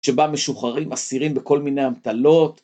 שבה משוחררים אסירים בכל מיני אמתלות.